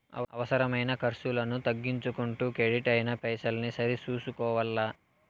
అవసరమైన కర్సులను తగ్గించుకుంటూ కెడిట్ అయిన పైసల్ని సరి సూసుకోవల్ల